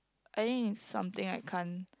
I think it's something I can't